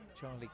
Charlie